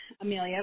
Amelia